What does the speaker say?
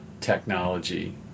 technology